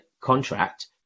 contract